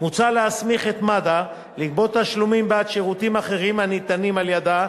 מוצע להסמיך את מד"א לגבות תשלומים בעד שירותים אחרים הניתנים על-ידה,